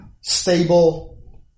stable